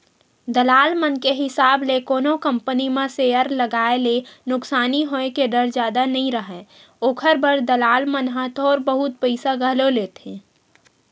दलाल मन के हिसाब ले कोनो कंपनी म सेयर लगाए ले नुकसानी होय के डर जादा नइ राहय, ओखर बर दलाल मन ह थोर बहुत पइसा घलो लेथें